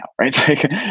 right